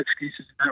excuses